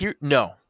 No